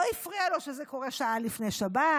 לא הפריע לו שזה קורה שעה לפני שבת,